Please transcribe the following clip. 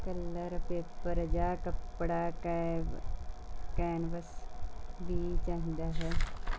colour paper ਜਾਂ ਕੱਪੜਾ canvas ਵੀ ਚਾਹੀਦਾ ਹੈ